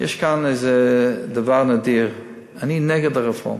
יש כאן איזה דבר נדיר: אני נגד הרפורמה,